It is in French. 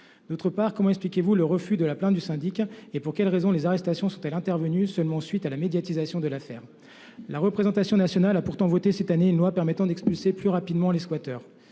ailleurs, comment expliquez vous le refus de la plainte du syndic ? Pour quelles raisons les arrestations sont elles intervenues seulement après la médiatisation de l’affaire ? La représentation nationale a pourtant voté, cette année, une loi permettant d’expulser plus rapidement les squatteurs.